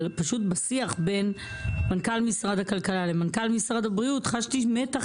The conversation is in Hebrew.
אבל בשיח בין מנכ"ל משרד הכלכלה ומנכ"ל משרד הבריאות חשתי מתח